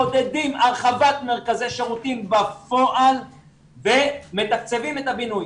מעודדים הרחבת מרכזי שירותים בפועל ומתקציבים את הבינוי.